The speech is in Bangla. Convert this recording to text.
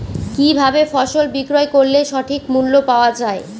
কি ভাবে ফসল বিক্রয় করলে সঠিক মূল্য পাওয়া য়ায়?